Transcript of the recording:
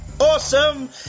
Awesome